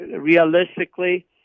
realistically